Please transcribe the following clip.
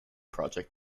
project